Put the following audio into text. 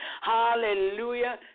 Hallelujah